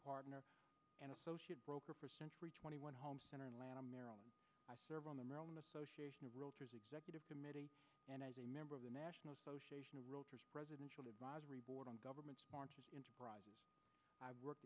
partner and associate broker for century twenty one home center in lanham maryland i serve on the maryland association of realtors executive committee and as a member of the national association of realtors presidential advisory board on government sponsored enterprises i worked